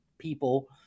people